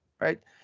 right